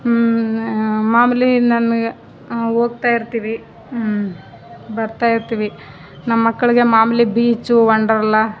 ಮಾಮೂಲಿ ನನ್ಗೆ ಹೋಗ್ತಾ ಇರ್ತೀವಿ ಬರ್ತಾ ಇರ್ತೀವಿ ನಮ್ಮ ಮಕ್ಕಳಿಗೆ ಮಾಮೂಲಿ ಬೀಚು ವಂಡರ್ಲಾ